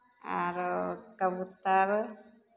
आरो कबूतर